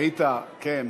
היית, כן.